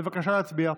בבקשה להצביע.